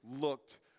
looked